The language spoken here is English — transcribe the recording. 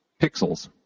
pixels